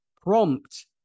prompt